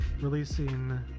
releasing